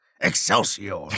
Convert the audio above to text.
Excelsior